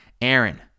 Aaron